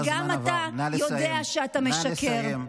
כי גם אתה יודע שאתה משקר.